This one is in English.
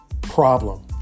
problem